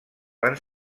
van